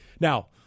Now